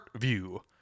view